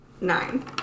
Nine